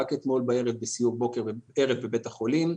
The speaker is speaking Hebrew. רק אתמול בערב בסיור בוקר בבית החולים,